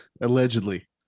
Allegedly